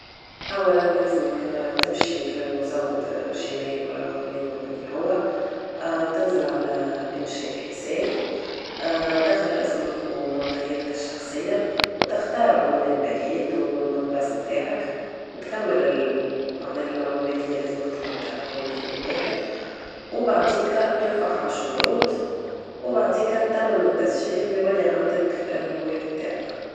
أولاً لازمك تمشي للمزود جيميل ولا هوتميل ولا الياهو تنزل على إنشاء حساب تدخل اسمك ومعطياتك الشخصية وتختار عنوان بريد والمدباس متاعك و تكمل معناها المعلومات اللي لازمك تحطها الكل في الواحد وبعد ذيكا توافق على شروط وبعد ذيك تتمم التسجيل ويولي عندك الواحد بتاعك.